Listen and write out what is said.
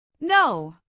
No